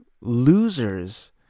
losers